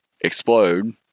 explode